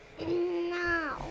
No